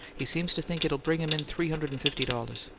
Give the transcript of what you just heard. he seems to think it'll bring him in three hundred and fifty dollars!